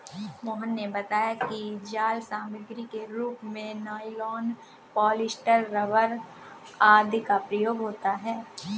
मोहन ने बताया कि जाल सामग्री के रूप में नाइलॉन, पॉलीस्टर, रबर आदि का प्रयोग होता है